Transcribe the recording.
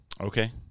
Okay